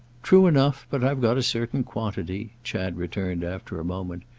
true enough but i've got a certain quantity, chad returned after a moment.